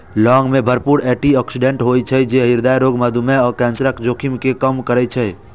लौंग मे भरपूर एटी ऑक्सिडेंट होइ छै, जे हृदय रोग, मधुमेह आ कैंसरक जोखिम कें कम करै छै